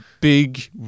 big